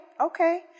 Okay